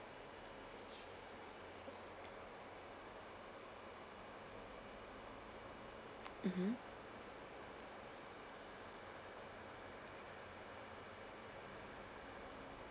mmhmm